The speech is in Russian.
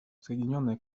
соединенное